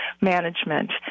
management